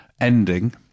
ending